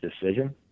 decision